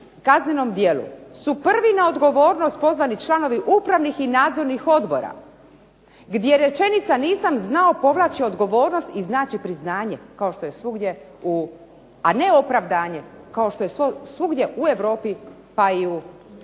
kaznenom djelu su prvi na odgovornost pozvani članovi upravnih i nadzornih odbora, gdje rečenica nisam znao povlači odgovornost i znači priznanje kao što je svugdje u, a ne opravdanje kao što je svugdje u Europi, pa i u